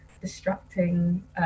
distracting